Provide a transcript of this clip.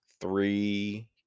three